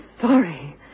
sorry